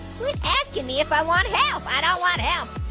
quit askin' me if i want help. i don't want help.